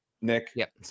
nick